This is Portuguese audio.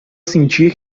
sentir